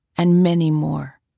and many more,